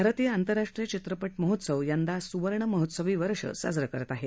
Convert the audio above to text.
भारतीय आंतरराष्ट्रीय चित्रपट महोत्सव यंदा सुवर्ण महोत्सवी वर्ष साजरं करत आहे